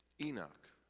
enoch